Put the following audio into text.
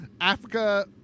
Africa